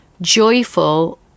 joyful